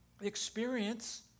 experience